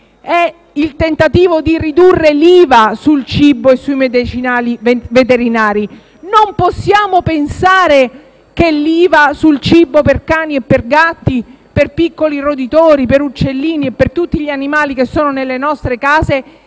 il tentativo di ridurre l'IVA sul cibo e sui medicinali veterinari. Non possiamo pensare che il cibo per cani e per gatti, per piccoli roditori, per uccellini e per tutti gli animali che sono nelle nostre case sia